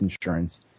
insurance